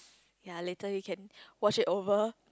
ya later we can watch it over